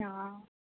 हँ